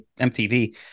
mtv